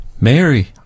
Mary